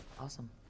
Awesome